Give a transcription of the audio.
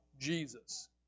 Jesus